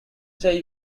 say